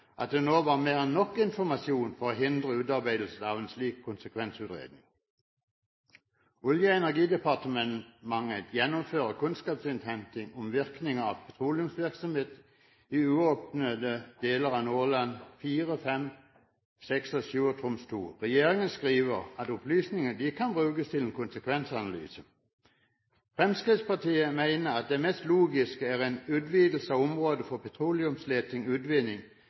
at det nå var mer enn nok informasjon for å hindre utarbeidelse av en slik konsekvensutredning. Olje- og energidepartementet gjennomfører kunnskapsinnhenting om virkninger av petroleumsvirksomhet i uåpnede deler av Nordland IV, V, VI og VII og Troms II. Regjeringen skriver at opplysningene kan brukes til en konsekvensanalyse. Fremskrittspartiet mener at det mest logiske er en utvidelse av området for